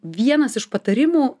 vienas iš patarimų